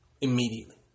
immediately